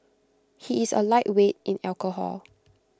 he is A lightweight in alcohol